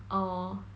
orh